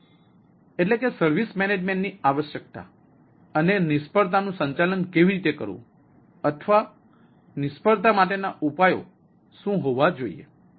સેવા વ્યવસ્થાપનની આવશ્યકતાઓ અને નિષ્ફળતાનું સંચાલન કેવી રીતે કરવું અથવા નિષ્ફળતા માટેના ઉપાયો શું હોવા જોઈએ